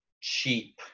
cheap